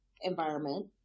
environment